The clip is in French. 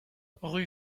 rue